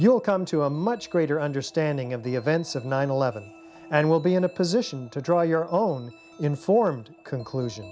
you'll come to a much greater understanding of the events of nine eleven and will be in a position to draw your own informed conclusion